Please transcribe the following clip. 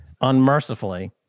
unmercifully